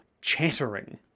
chattering